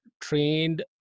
trained